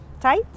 tight